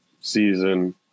season